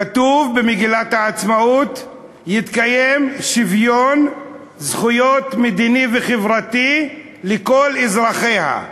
כתוב במגילת העצמאות: תקיים שוויון זכויות מדיני וחברתי לכל אזרחיה,